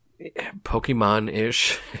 Pokemon-ish